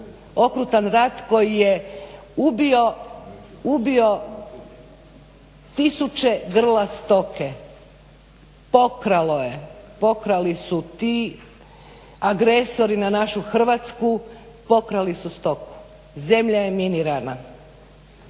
okrutan rat koji je ubio tisuće grla stoke, pokralo je, pokrali su ti agresori na našu Hrvatsku pokrali su stoku. Zemlja je minirana.